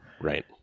right